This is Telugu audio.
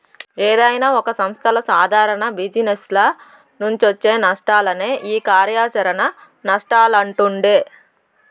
ఏదైనా ఒక సంస్థల సాదారణ జిజినెస్ల నుంచొచ్చే నష్టాలనే ఈ కార్యాచరణ నష్టాలంటుండె